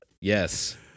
yes